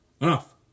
Enough